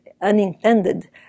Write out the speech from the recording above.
unintended